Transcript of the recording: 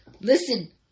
Listen